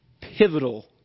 pivotal